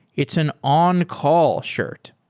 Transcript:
it's an on-call shirt.